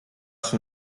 schon